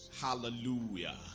Hallelujah